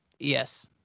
Yes